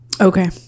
okay